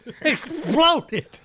exploded